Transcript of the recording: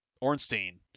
Ornstein